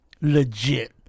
Legit